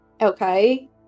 Okay